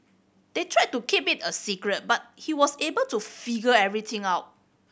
they tried to keep it a secret but he was able to figure everything out